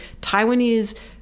Taiwanese